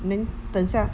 then 等下